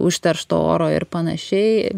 užteršto oro ir panašiai